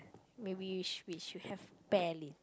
maybe we sh~ we should have pear later